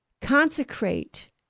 consecrate